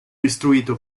istruito